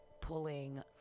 pulling